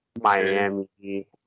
Miami